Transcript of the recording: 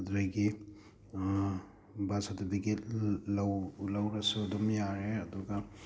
ꯑꯗꯨꯗꯒꯤ birth certificate ꯂꯧ ꯂꯧꯔꯁꯨ ꯑꯗꯨꯝ ꯌꯥꯔꯦ ꯑꯗꯨꯒ